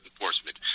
enforcement